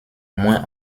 moins